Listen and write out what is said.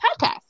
podcast